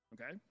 okay